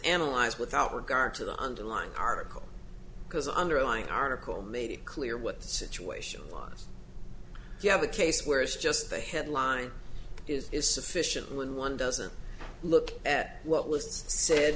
analyzed without regard to the underlying article because underlying article made it clear what the situation was you have a case where it's just a headline is is sufficient when one doesn't look at what with said